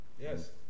Yes